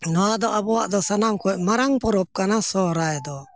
ᱱᱚᱣᱟ ᱫᱚ ᱟᱵᱚᱣᱟᱜ ᱫᱚ ᱥᱟᱱᱟᱢ ᱠᱷᱚᱱ ᱢᱟᱨᱟᱝ ᱯᱚᱨᱚᱵᱽ ᱠᱟᱱᱟ ᱥᱚᱦᱨᱟᱭ ᱫᱚ